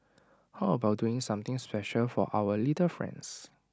how about doing something special for our little friends